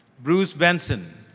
bruce benson,